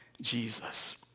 Jesus